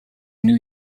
new